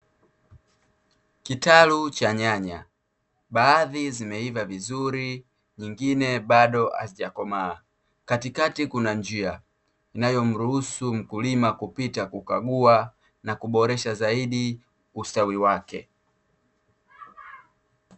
Kitalu cha nyanya baadhi zimeiva vizuri nyingine bado hazijakomaa, katikati kuna njia inayomruhusu mkulima kupita kukagua na kuboresha zaidi ustawi wake.